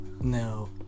no